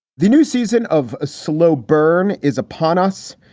the new season of a slow burn is upon us.